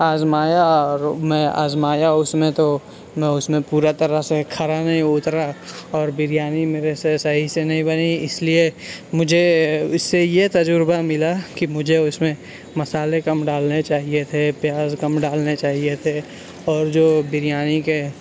آزمایا اور میں آزمایا اس میں تو میں اس میں پورا طرح سے کھرا نہیں اترا اور بریانی میرے سے صحیح سے نہیں بنی اس لیے مجھے اس سے یہ تجربہ ملا کہ مجھے اس میں مسالے کم ڈالنے چاہیے تھے پیاز کم ڈالنے چاہیے تھے اور جو بریانی کے